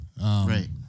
Right